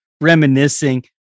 reminiscing